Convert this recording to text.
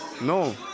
No